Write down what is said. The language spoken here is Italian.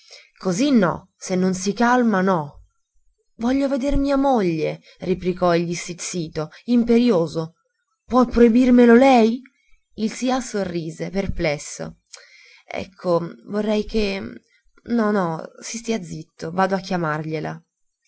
così no se non si calma no voglio veder mia moglie replicò egli stizzito imperioso può proibirmelo lei il sià sorrise perplesso ecco vorrei che no no si stia zitto vado a chiamargliela